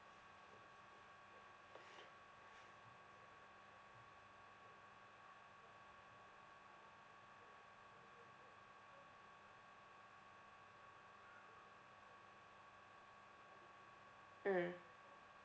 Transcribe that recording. mm